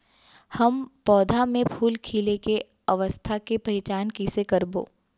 हम पौधा मे फूल खिले के अवस्था के पहिचान कईसे करबो